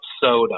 soda